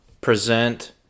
present